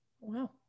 wow